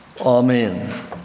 amen